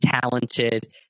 talented